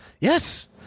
Yes